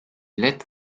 led